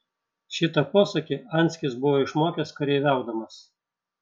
šitą posakį anskis buvo išmokęs kareiviaudamas